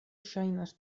ŝajnas